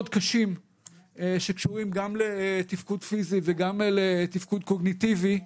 קשים שקשורים גם לתפקוד פיזי וגם לתפקוד קוגניטיבי,